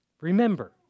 Remember